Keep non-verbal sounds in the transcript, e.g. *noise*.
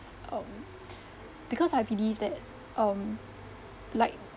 um *breath* because I believe that um like